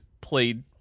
played